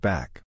Back